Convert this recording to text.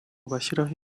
bashyiraho